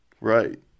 right